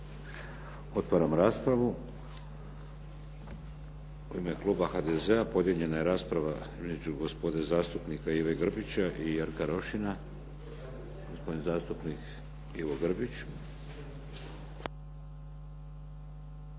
Otvaram raspravu. U ime kluba HDZ-a podijeljena je rasprava između gospodina zastupnika Ive Grbića i Jerka Rošina. Gospodin zastupnik Ivo Grbić.